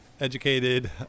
educated